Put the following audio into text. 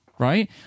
Right